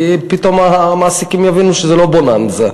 כי פתאום המעסיקים יבינו שזה לא בוננזה.